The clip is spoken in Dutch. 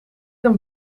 een